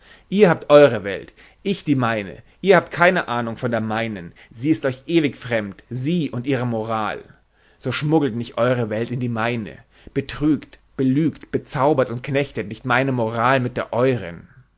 ihr habt eure welt ich die meine ihr habt keine ahnung von der meinen sie ist euch ewig fremd sie und ihre moral so schmuggelt nicht eure welt in die meine betrügt belügt und bezaubert und knechtet nicht meine moral mit der euren